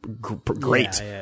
great